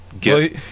get